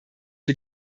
wir